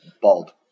bald